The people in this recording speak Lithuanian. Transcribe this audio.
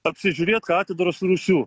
apsižiūrėt katedros rūsių